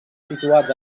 situats